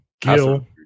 Kill